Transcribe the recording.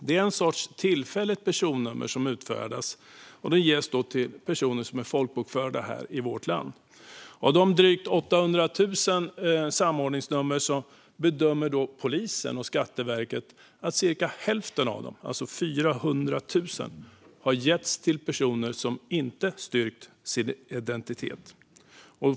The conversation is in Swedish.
Det är en sorts tillfälligt personnummer som utfärdas till personer som är folkbokförda i vårt land. Polisen och Skatteverket bedömer att cirka hälften av de drygt 800 000 samordningsnumren, det vill säga 400 000, har getts till personer som inte styrkt sin identitet.